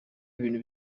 ibintu